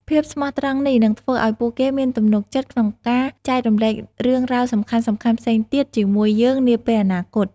ភាពស្មោះត្រង់នេះនឹងធ្វើឱ្យពួកគេមានទំនុកចិត្តក្នុងការចែករំលែករឿងរ៉ាវសំខាន់ៗផ្សេងទៀតជាមួយយើងនាពេលអនាគត។